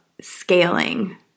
scaling